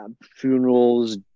funerals